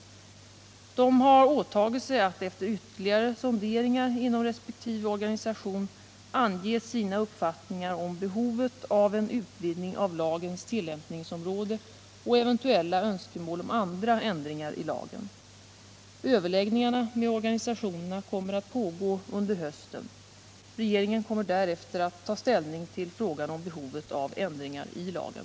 De har åtagit sig att efter ytterligare sonderingar inom resp. organisation ange sina uppfattningar om behovet av en utvidgning av lagens tilllämpningsområde och eventuella önskemål om andra ändringar i lagen. Överläggningarna med organisationerna kommer att pågå under hösten. Regeringen kommer därefter att ta ställning till frågan om behovet av ändringar i lagen.